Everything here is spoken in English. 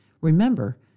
Remember